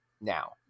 now